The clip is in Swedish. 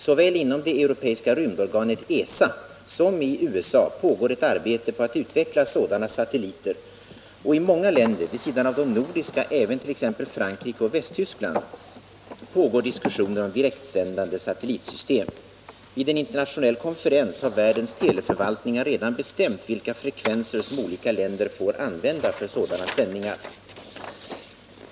Såväl inom det europeiska rymdorganet ESA som i USA pågår ett arbete med att utveckla sådana satelliter, och i många länder — vid sidan av de nordiska även t.ex. Frankrike och Västtyskland — pågår diskussioner om direktsändande satellitsystem. Vid en internationell konferens har världens teleförvaltningar redan bestämt vilka frekvenser som olika länder får använda för sådana sändningar.